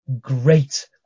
great